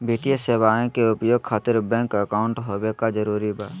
वित्तीय सेवाएं के उपयोग खातिर बैंक अकाउंट होबे का जरूरी बा?